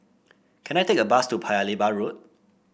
can I take a bus to Paya Lebar Road